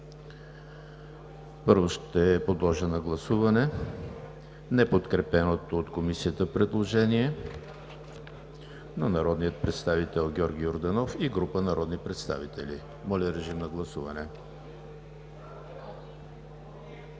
Първо ще подложа на гласуване неподкрепеното от Комисията предложение на народния представител Георги Йорданов и група народни представители. Гласували